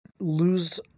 lose